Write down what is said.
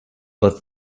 but